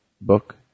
book